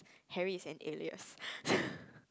Harry is an alias